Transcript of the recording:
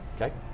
Okay